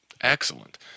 excellent